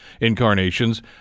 incarnations